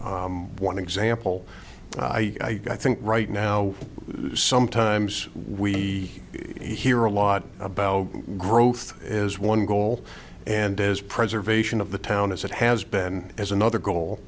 one example i think right now sometimes we hear a lot about growth is one goal and as preservation of the town as it has been as another goal